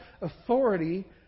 authority